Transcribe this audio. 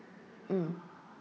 mm